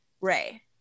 Ray